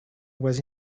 was